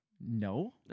No